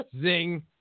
Zing